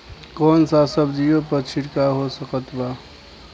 कौन सा सब्जियों पर छिड़काव हो सकत बा?